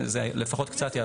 זה לפחות קצת יעזור.